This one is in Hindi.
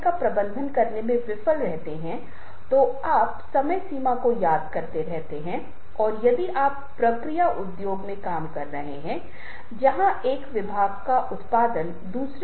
पढ़ना एक ऐसी स्थिति है जहाँ आप बहुत ही जटिल चीजें प्रस्तुत कर सकते हैं क्योंकि आप देखते हैं कि एक व्यक्ति बार बार पढ़ने में सक्षम है और एक बार फिर प्रस्तुति में व्यक्ति आपको सिर्फ एक बार भी सुन रहा है इस वीडियो व्याख्यान में आप शायद ही महसूस करेंगे फिर से जा रहा है कि ज्यादातर लोग इसे छोड़ देंगे